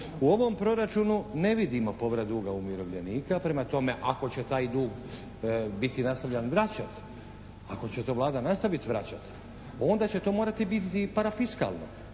U ovom proračunu ne vidimo povrat duga umirovljenika, prema tome, ako će taj dug biti nastavljan vraćat, ako će to Vlada nastaviti vraćati onda će to morati biti parafiskalno